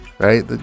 Right